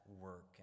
work